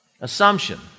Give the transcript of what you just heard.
Assumption